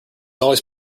always